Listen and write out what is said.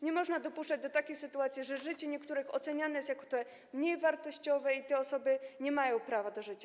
Nie można dopuszczać do takich sytuacji, że życie niektórych oceniane jest jako mniej wartościowe i że te osoby nie mają prawa do życia.